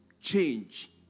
change